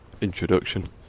introduction